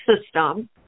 system